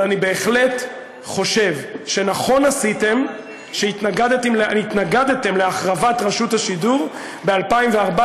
אבל אני בהחלט חושב שנכון עשיתם שהתנגדתם להחרבת רשות השידור ב-2014,